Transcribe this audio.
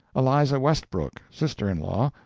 eliza westbrook, sister-in-law,